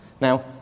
Now